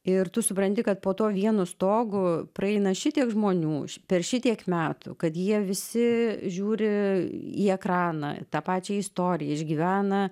ir tu supranti kad po to vienu stogu praeina šitiek žmonių per šitiek metų kad jie visi žiūri į ekraną tą pačią istoriją išgyvena